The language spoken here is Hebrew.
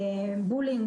'בולינג',